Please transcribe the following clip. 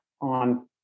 on